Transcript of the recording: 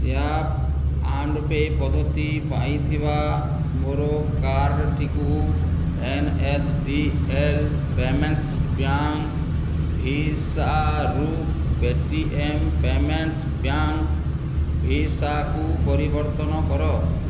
tap and pay ପଦ୍ଧତି ପାଇଁ ଥିବା ମୋର କାର୍ଡ଼ଟିକୁ N S D L payments bank ଭିସାରୁ Paytm payments bank ଭିସାକୁ ପରିବର୍ତ୍ତନ କର